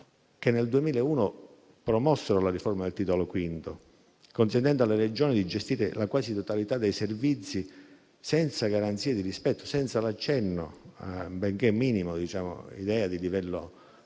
che nel 2001 promossero la riforma del Titolo V, consentendo alle Regioni di gestire la quasi totalità dei servizi, senza garanzie di rispetto, senza l'accenno a una benché minima idea di livello